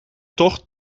tocht